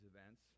events